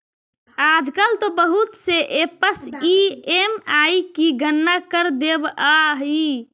आजकल तो बहुत से ऐपस ई.एम.आई की गणना कर देवअ हई